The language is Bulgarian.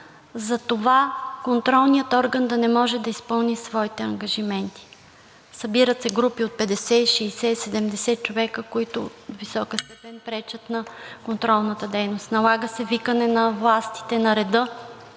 за това контролният орган да не може да изпълни своите ангажименти. Събират се групи от 50, 60, 70 човека, които във висока степен пречат на контролната дейност. Налага се викане на властите на реда,